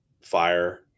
fire